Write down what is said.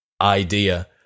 idea